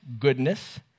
goodness